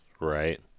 right